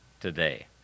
today